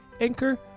Anchor